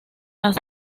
las